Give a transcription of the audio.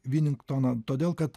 viningtoną todėl kad